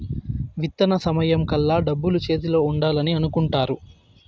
విత్తన సమయం కల్లా డబ్బులు చేతిలో ఉండాలని అనుకుంటారు